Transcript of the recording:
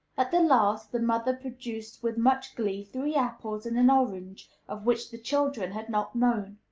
at the last, the mother produced with much glee three apples and an orange, of which the children had not known.